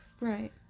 right